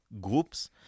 groups